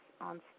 on